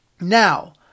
Now